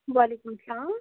وعلیکُم السلام